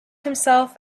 himself